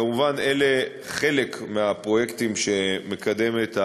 כמובן, אלה חלק מהפרויקטים שהממשלה מקדמת,